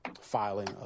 filing